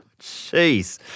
Jeez